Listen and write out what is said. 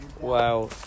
Wow